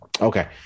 Okay